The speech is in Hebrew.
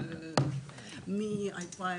מ-2016.